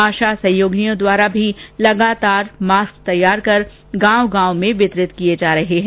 आशा सहयोगिनियों द्वारा भी लगातार मास्क तैयार कर गांव गांव तक वितरित किए जा रहे हैं